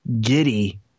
giddy